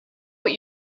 what